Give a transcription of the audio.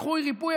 איחוי וריפוי,